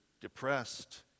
depressed